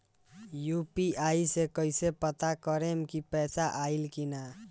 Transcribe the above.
UPI से कईसे पता करेम की पैसा आइल की ना?